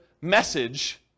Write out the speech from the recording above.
message